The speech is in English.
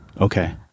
Okay